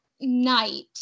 night